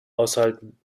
aushalten